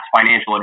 financial